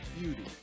beauty